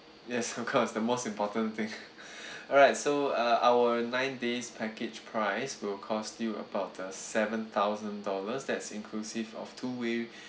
yes of course the most important thing alright so uh our nine days package price will cost you about uh seven thousand dollars that's inclusive of two way